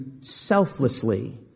selflessly